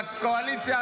בקואליציה,